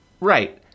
Right